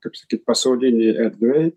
kaip sakyt pasaulinėj erdvėj